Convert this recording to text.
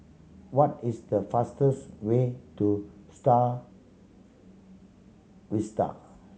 what is the fastest way to Star Vista